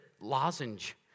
lozenge